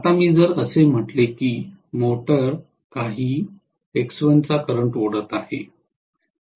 आता मी जर असे म्हटले की मोटर काही I1 चा करंट ओढत आहे